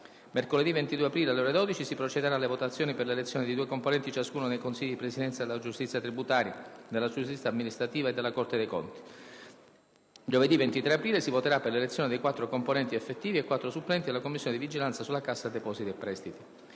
Mercoledì 22 aprile alle ore 12 si procederà alle votazioni per 1'elezione di due componenti ciascuno nei Consigli di presidenza della Giustizia tributaria, della Giustizia amministrativa e della Corte dei conti. Giovedì 23 aprile si voterà per 1'elezione dei quattro componenti effettivi e quattro supplenti della Commissione di vigilanza sulla Cassa depositi e prestiti.